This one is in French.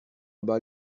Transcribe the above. bas